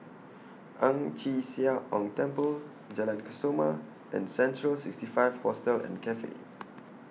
Ang Chee Sia Ong Temple Jalan Kesoma and Central sixty five Hostel and Cafe